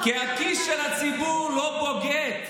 כי הכיס של הציבור לא בוגד.